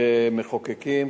כמחוקקים,